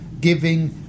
giving